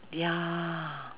ya